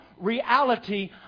reality